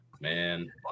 man